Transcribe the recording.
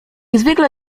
zwykle